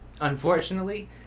unfortunately